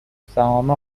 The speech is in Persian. سهام